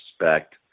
respect –